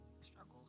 Struggle